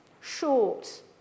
short